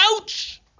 Ouch